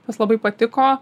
tas labai patiko